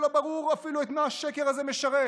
ולא ברור אפילו את מה השקר הזה משרת"